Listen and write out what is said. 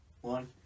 one